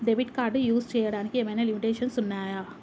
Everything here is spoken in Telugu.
డెబిట్ కార్డ్ యూస్ చేయడానికి ఏమైనా లిమిటేషన్స్ ఉన్నాయా?